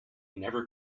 never